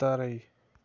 ترٕے